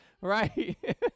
Right